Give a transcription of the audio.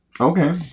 Okay